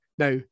Now